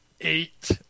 eight